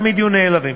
תמיד יהיו נעלבים.